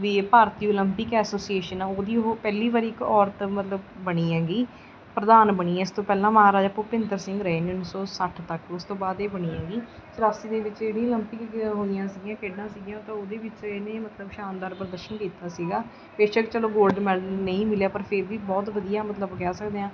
ਵੀ ਇਹ ਭਾਰਤੀ Olympic association ਹੈ ਉਹਦੀ ਉਹ ਪਹਿਲੀ ਵਾਰੀ ਇੱਕ ਔਰਤ ਮਤਲਬ ਬਣੀ ਹੈਗੀ ਪ੍ਰਧਾਨ ਬਣੀ ਹੈ ਇਸ ਤੋਂ ਪਹਿਲਾਂ ਮਹਾਰਾਜਾ ਭੁਪਿੰਦਰ ਸਿੰਘ ਰਹੇ ਨੇ ਉੱਨੀ ਸੌ ਸੱਠ ਤੱਕ ਉਸ ਤੋਂ ਬਾਅਦ ਇਹ ਬਣੀ ਹੈਗੀ ਚੁਰਾਸੀ ਦੇ ਵਿੱਚ ਜਿਹੜੀਆਂ ਉਲੰਪਿਕ ਦੀਆਂ ਹੋਈਆਂ ਸੀਗੀਆਂ ਖੇਡਾਂ ਸੀਗੀਆਂ ਤਾਂ ਉਹਦੇ ਵਿੱਚ ਇਹਨੇ ਮਤਲਬ ਸ਼ਾਨਦਾਰ ਪ੍ਰਦਰਸ਼ਨ ਕੀਤਾ ਸੀਗਾ ਬੇਸ਼ੱਕ ਚਲੋ ਗੋਲਡ ਮੈਡਲ ਨਹੀਂ ਮਿਲਿਆ ਪਰ ਫਿਰ ਵੀ ਬਹੁਤ ਵਧੀਆ ਮਤਲਬ ਕਹਿ ਸਕਦੇ ਹਾਂ